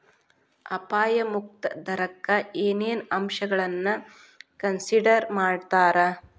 ಅಪಾಯ ಮುಕ್ತ ದರಕ್ಕ ಏನೇನ್ ಅಂಶಗಳನ್ನ ಕನ್ಸಿಡರ್ ಮಾಡ್ತಾರಾ